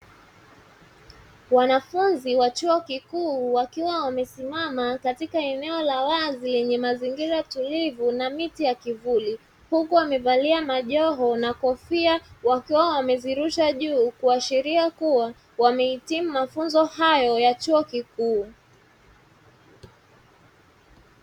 Wanafunzi wa chuo kikuu wakiwa wamesimama katika eneo la wazi lenye mazingira tulivu na miti ya kivuli, huku wamevalia majoho na kofia wakiwa wamezirusha juu kuashiria kuwa wamehitimu mafunzo hayo ya chuo kikuu.